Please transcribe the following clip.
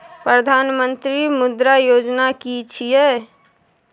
प्रधानमंत्री मुद्रा योजना कि छिए?